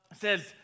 says